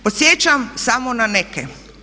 Podsjećam samo na neke.